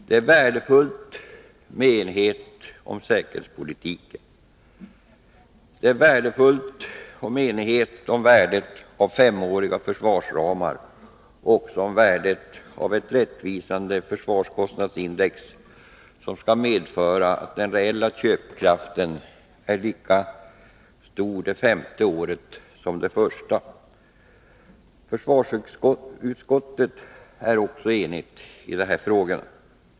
Det är betydelsefullt med enighet om säkerhetspolitiken, om värdet av femåriga försvarsramar och om värdet av ett rättvisande försvarskostnadsindex som skall medföra att den reella köpkraften är lika stor det femte året som det första. Försvarsutskottet är också enigt i denna fråga.